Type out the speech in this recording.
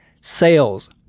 Sales